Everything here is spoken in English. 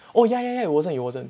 oh yeah yeah yeah it wasn't it wasn't